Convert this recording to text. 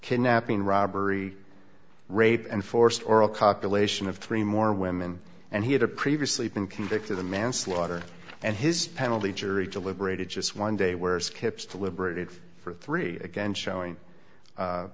kidnapping robbery rape and forced oral copulation of three more women and he had a previously been convicted of manslaughter and his penalty jury deliberated just one day where skips deliberated for three again showing